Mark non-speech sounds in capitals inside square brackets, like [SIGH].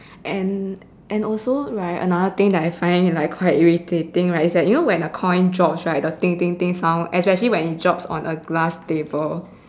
and also right another thing that I find like quite irritating right is that when you know coin drops right the [NOISE] sound especially when it drops on a glass table